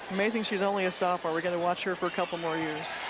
amazing she's only a sophomore. we get to watch her for a couple more years.